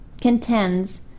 contends